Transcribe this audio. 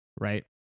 right